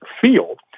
field